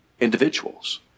Individuals